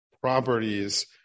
properties